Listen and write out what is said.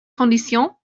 condition